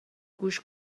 گوش